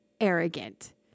arrogant